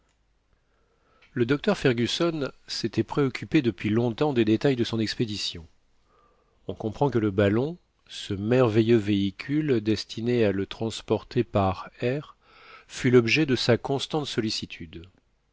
le docteur fergusson s'était préoccupé depuis longtemps des détails de son expédition on comprend que le ballon ce merveilleux véhicule destiné à le transporter par air fut l'objet de sa constante sollicitude